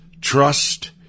trust